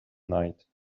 night